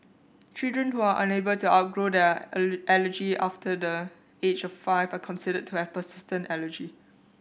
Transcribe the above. children who are unable to outgrow their allergy after the age of five are considered to have persistent allergy